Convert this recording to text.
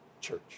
church